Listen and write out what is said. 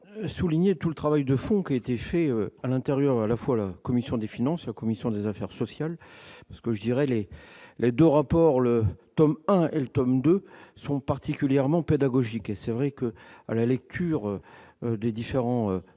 souligner tout le travail de fond qui a été fait à l'intérieur, à la fois la commission des finances, la commission des affaires sociales, parce que je dirais les les 2 rapports, le tome 1 et tome 2 sont particulièrement pédagogique et c'est vrai que, à la lecture des différents